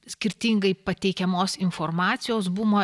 skirtingai pateikiamos informacijos bumą